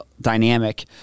dynamic